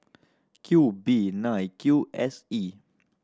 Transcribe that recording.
Q B nine Q S E